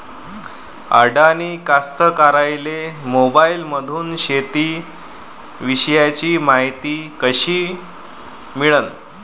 अडानी कास्तकाराइले मोबाईलमंदून शेती इषयीची मायती कशी मिळन?